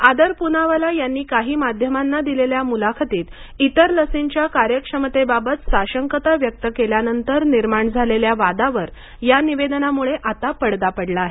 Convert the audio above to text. आदर पूनावाला यांनी काही माध्यमांना दिलेल्या मुलाखतीत इतर लसींच्या कार्यक्षमतेबाबत साशंकता व्यक्त केल्यानंतर निर्माण झालेल्या वादावर या निवेदनामुळे आता पडदा पडला आहे